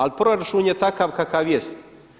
Ali proračun je takav kakav jest.